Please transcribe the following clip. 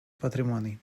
patrimoni